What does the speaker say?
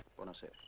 want to see